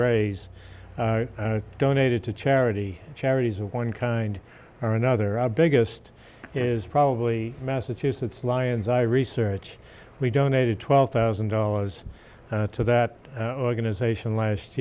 raise donated to charity charities of one kind or another our biggest is probably massachusetts lions i research we donated twelve thousand dollars to that organization last